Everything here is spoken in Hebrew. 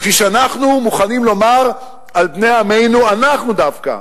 כפי שאנחנו מוכנים לומר על בני עמנו, אנחנו דווקא,